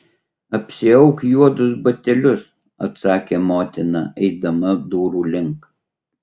apsiauk juodus batelius atsakė motina eidama durų link